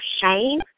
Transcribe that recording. shame